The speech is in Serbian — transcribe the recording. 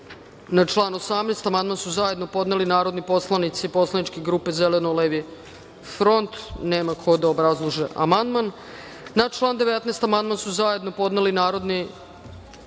član 1. amandman su zajedno podneli narodni poslanici Poslaničke grupe Zeleno-levi front, koji nisu tu da obrazlažu amandman. Na član 2. amandman su zajedno podneli narodni poslanici